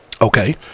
Okay